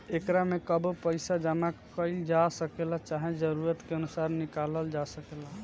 एकरा में कबो पइसा जामा कईल जा सकेला, चाहे जरूरत के अनुसार निकलाल जा सकेला